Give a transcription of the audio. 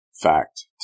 fact